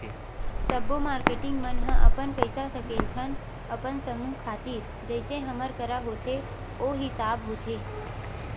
सब्बो मारकेटिंग मन ह हमन पइसा सकेलथन अपन समूह खातिर जइसे हमर करा होथे ओ हिसाब होथे